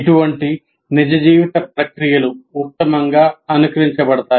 ఇటువంటి నిజ జీవిత ప్రక్రియలు ఉత్తమంగా అనుకరించబడతాయి